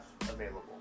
available